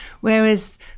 Whereas